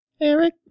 Eric